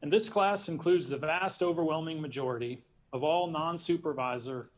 and this class includes the vast overwhelming majority of all non supervisor